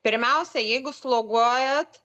pirmiausia jeigu sloguojat